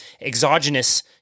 exogenous